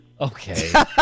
Okay